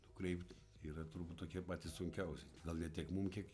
nukreipt yra turbūt tokie patys sunkiausi gal ne tiek mums kiek